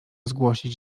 zgłosić